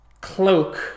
Cloak